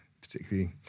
particularly